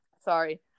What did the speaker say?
Sorry